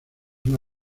una